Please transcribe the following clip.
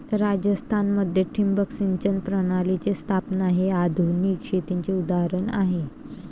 राजस्थान मध्ये ठिबक सिंचन प्रणालीची स्थापना हे आधुनिक शेतीचे उदाहरण आहे